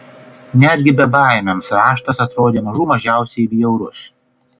netgi bebaimiams raštas atrodė mažų mažiausiai bjaurus